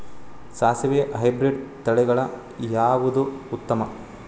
ಸಾಸಿವಿ ಹೈಬ್ರಿಡ್ ತಳಿಗಳ ಯಾವದು ಉತ್ತಮ?